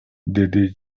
деди